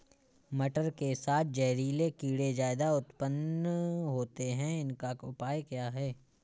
मटर के साथ जहरीले कीड़े ज्यादा उत्पन्न होते हैं इनका उपाय क्या है?